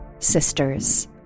sisters